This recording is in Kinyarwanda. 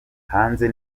hanze